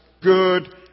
good